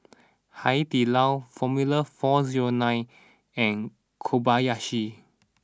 Hai Di Lao Formula four zero nine and Kobayashi